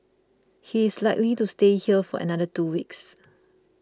he is likely to stay here for another two weeks